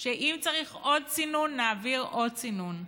שאם צריך עוד סינון, נעביר עוד סינון.